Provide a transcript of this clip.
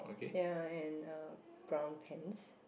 ya and uh brown pants